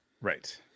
Right